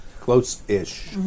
close-ish